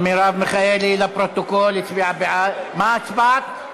מרב מיכאלי, לפרוטוקול, הצביעה, מה הצבעת?